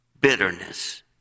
bitterness